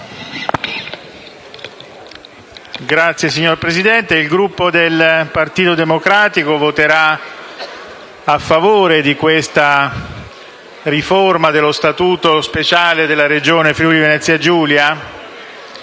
*(PD)*. Signor Presidente, il Gruppo del Partito Democratico voterà a favore della riforma dello Statuto speciale della Regione Friuli-Venezia Giulia